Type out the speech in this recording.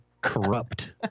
Corrupt